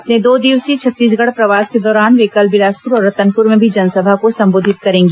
अपने दो दिवसीय छत्तीसगढ़ प्रवास के दौरान वे कल बिलासपुर और रतनपुर में भी जनसभा को संबोधित करेंगी